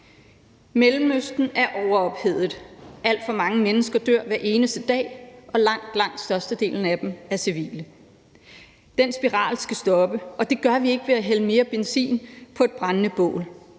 Mellemøsten er overophedet. Alt for mange mennesker dør hver eneste dag, og langt, langt størstedelen af dem er civile. Den spiral skal stoppe, og det gør vi ikke ved at hælde mere benzin på det brændende bål.